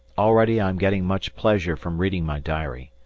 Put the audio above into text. already i am getting much pleasure from reading my diary.